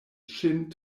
ŝin